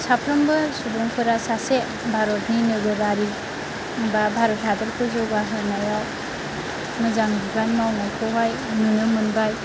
साफ्रोमबो सुबुंफोरा सासे भारतनि नोगोरारि बा भरत हादरखौ जौगा होनायाव मोजां बिबान मावनायखौहाय नुनो मोनबाय